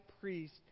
priest